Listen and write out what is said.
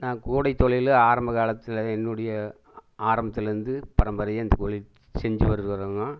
நான் கூடைத்தொழில் ஆரம்ப காலத்தில் என்னுடைய ஆரம்பத்தில் இருந்து பரம்பரையாக இந்த தொழில் செஞ்சு வருகிறோங்க